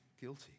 guilty